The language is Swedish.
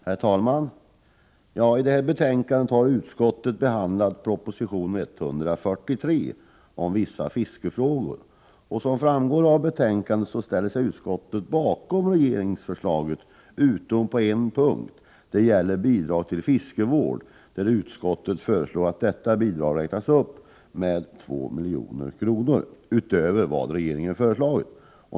Herr talman! I detta betänkande har utskottet behandlat propositionen 143 om vissa fiskefrågor. Som framgår av betänkandet ställer sig utskottet bakom regeringsförslaget utom på en punkt, som gäller bidrag till fiskevård. Utskottet föreslår att detta bidrag räknas upp med 2 milj.kr. utöver vad regeringen föreslagit.